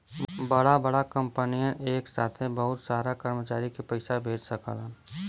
बड़ा बड़ा कंपनियन एक साथे बहुत सारा कर्मचारी के पइसा भेज सकलन